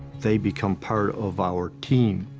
they become part of our team.